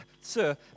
Sir